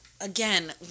again